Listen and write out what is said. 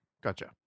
Gotcha